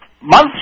months